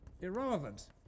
irrelevant